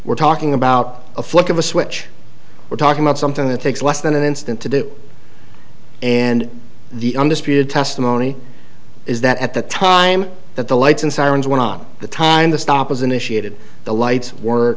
we're talking about a flick of a switch we're talking about something that takes less than an instant to do and the undisputed testimony is that at the time that the lights and sirens were not the time the stop was initiated the lights were